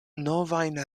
novajn